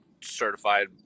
Certified